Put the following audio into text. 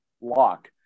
lock